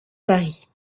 paris